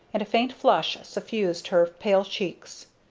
and a faint flush suffused her pale cheeks.